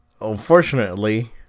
unfortunately